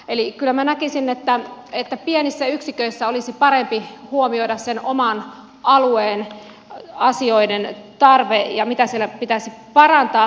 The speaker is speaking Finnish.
eli kyllä minä näkisin että pienissä yksiköissä olisi parempi huomioida sen oman alueen asioiden tarve ja se mitä siellä pitäisi parantaa